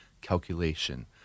calculation